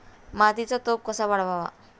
मातीचा पोत कसा वाढवावा?